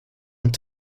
und